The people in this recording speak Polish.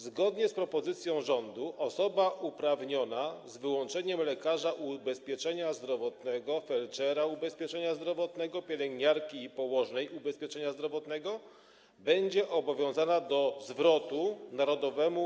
Zgodnie z propozycją rządu osoba uprawniona, z wyłączeniem lekarza ubezpieczenia zdrowotnego, felczera ubezpieczenia zdrowotnego, pielęgniarki i położnej ubezpieczenia zdrowotnego, będzie obowiązana do zwrotu Narodowemu